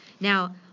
Now